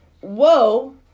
whoa